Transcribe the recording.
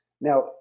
Now